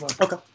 Okay